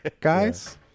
guys